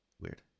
Weird